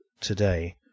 today